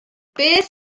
beth